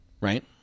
right